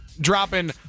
dropping